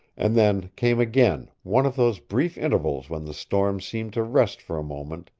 and then came again one of those brief intervals when the storm seemed to rest for a moment,